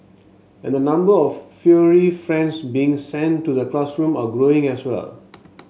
and the number of furry friends being sent to the classroom are growing as well